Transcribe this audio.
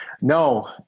no